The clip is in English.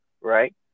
right